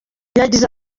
yagize